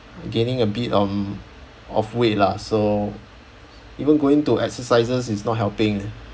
gaining a bit um of weight lah so even going to exercises is not helping